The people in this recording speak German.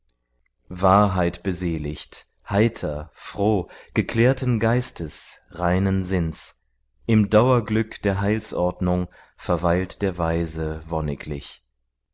an wahrheitbeseligt heiter froh geklärten geistes reinen sinns im dauerglück der heilsordnung verweilt der weise